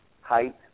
height